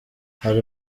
hari